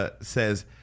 says